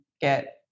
get